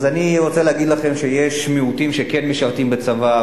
אני רוצה להגיד לכם שיש מיעוטים שכן משרתים בצבא,